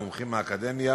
מומחים מהאקדמיה